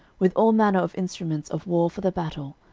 with all manner of instruments of war for the battle,